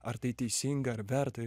ar tai teisinga ar verta